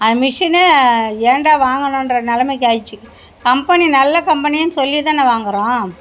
அந்த மெஷினை ஏண்டா வாங்குனோம்ன்ற நிலைமைக்கு ஆகிடுச்சி கம்பெனி நல்ல கம்பெனின்னு சொல்லி தான் வாங்குகிறோம்